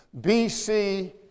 bc